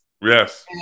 Yes